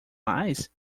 mais